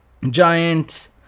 Giant